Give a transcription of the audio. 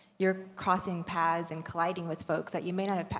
you're crossing paths and colliding with folks that you may not have pass,